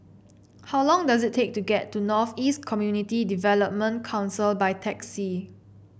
how long does it take to get to North East Community Development Council by taxi